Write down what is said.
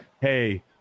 hey